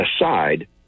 aside